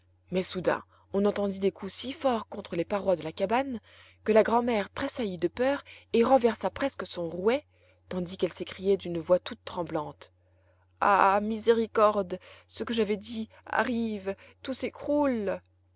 mais soudain on entendit des coups si forts contre les parois de la cabane que la grand'mère tressaillit de peur et renversa presque son rouet tandis qu'elle s'écriait d'une voix toute tremblante ah miséricorde ce que j'avais dit arrive tout s'écroule